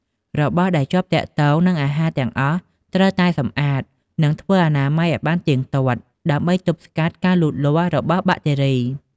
របស់ដែលជាប់ទាក់ទងនិងអាហារទាំងអស់ត្រូវតែសម្អាត និងធ្វើអនាម័យឱ្យបានទៀងទាត់ ដើម្បីទប់ស្កាត់ការលូតលាស់របស់បាក់តេរី។